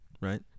Right